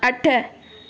अठ